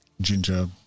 ginger